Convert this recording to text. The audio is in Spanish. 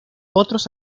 otros